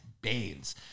Baines